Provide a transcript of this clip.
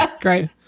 Great